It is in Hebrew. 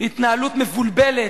התנהלות מבולבלת,